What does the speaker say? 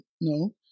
no